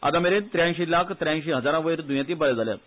आतामेरेन त्र्यांशी लाख त्र्यांशी हजारावयर द्येंती बरे जाल्यात